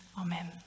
Amen